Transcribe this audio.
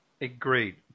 Agreed